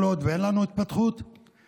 כל עוד אין לנו התפתחות ביישובים,